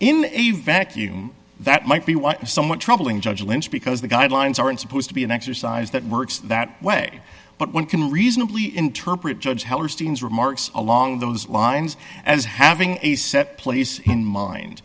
in a vacuum that might be what is somewhat troubling judge lynch because the guidelines aren't supposed to be an exercise that works that way but one can reasonably interpret judge hellerstein remarks along those lines as having a set place in mind